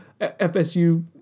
FSU